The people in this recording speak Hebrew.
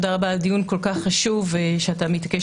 תודה רבה על דיון כל כך חשוב שאתה מתעקש